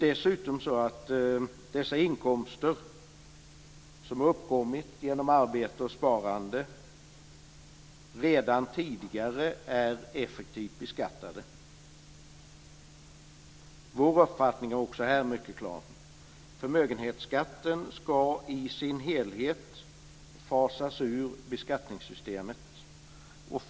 Dessa inkomster som har uppkommit genom arbete och sparande har redan tidigare effektivt beskattats. Vår uppfattning är också här mycket klar: Förmögenhetsskatten ska i sin helhet fasas ur beskattningssystemet.